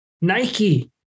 Nike